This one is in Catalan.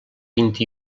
vint